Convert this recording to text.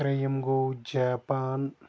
تریٚیِم گوٚو جاپان